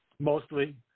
mostly